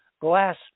glass